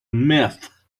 myth